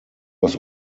was